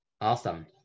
Awesome